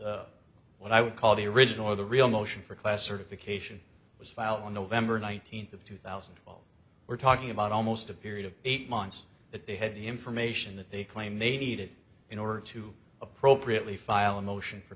twelve what i would call the original or the real motion for class certification was filed on november nineteenth of two thousand and twelve we're talking about almost a period of eight months that they had the information that they claimed they needed in order to appropriately file a motion for